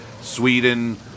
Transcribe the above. Sweden